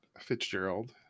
Fitzgerald